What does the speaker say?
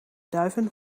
duiven